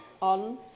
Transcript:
on